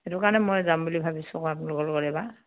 সেইটো কাৰণে মই যাম বুলি ভাবিছোঁ আপোনালোকৰ লগত এবাৰ